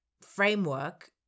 framework